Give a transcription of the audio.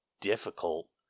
difficult